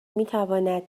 میتواند